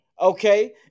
Okay